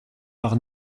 par